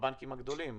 בבנקים הגדולים.